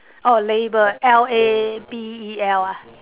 oh label L A B E L ah